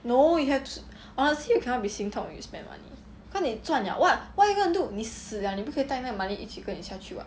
no you have to honestly you cannot be 心痛 when you spend money cause 你赚 liao [what] what you gonna do 你死了你不可以带那个 money 跟你一起下去 [what]